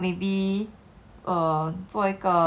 okay lah if don't wanna be teacher 我就去做那种